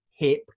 Hip